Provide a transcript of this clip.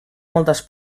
moltes